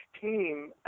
team